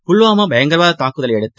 புல்வாமாபயங்கரவாததாக்குதலையடுத்து